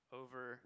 over